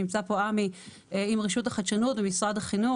נמצא פה עמי עם רשות החדשנות במשרד החינוך,